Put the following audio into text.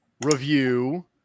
review